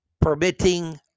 permitting